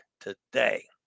today